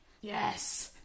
Yes